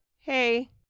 Hey